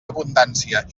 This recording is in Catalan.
abundància